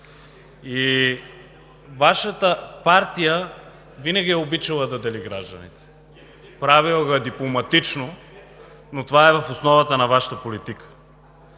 Вашата партия винаги е обичала да дели гражданите. Правила го е дипломатично, но това е в основата на политиката